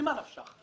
ממה נפשך?